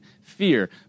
fear